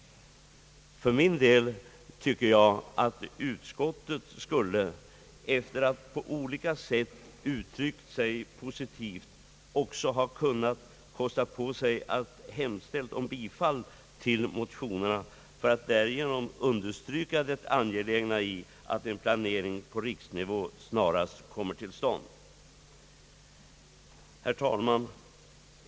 För min del tycker jag att utskottet skulle, efter att på olika sätt ha uttryckt sig positivt, också ha kunnat kosta på sig att hemställa om bifall till motionerna för att därigenom understryka det angelägna i att en planering på riksnivå snarast kommer till stånd. Herr talman!